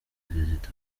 perezida